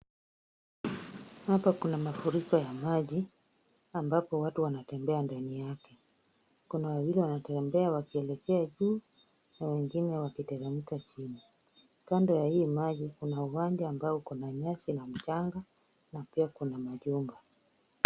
Hapa kuna mafuriko ya maji, ambapo watu wanatembea ndani yake. Kuna wawili wanatembea wakielekea juu na wengine wakiteremka chini. Kando ya haya maji kuna uwanja ambao uko na nyasi na mchanga, na pia kuna majumba.